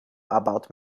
about